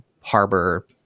harbor